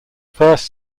first